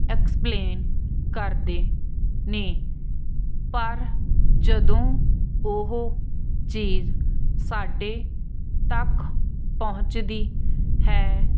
explain ਕਰਦੇ ਨੇ ਪਰ ਜਦੋਂ ਉਹ ਚੀਜ਼ ਸਾਡੇ ਤੱਕ ਪਹੁੰਚਦੀ ਹੈ